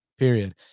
Period